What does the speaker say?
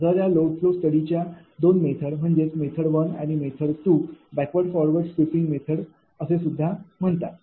तर या load flow study च्या दोन मेथड म्हणजेच मेथड 1 आणि method 2 backward forward sweeping method असे सुद्धा म्हणतात